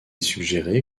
suggéré